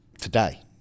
Today